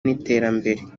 n’iterambere